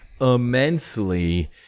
immensely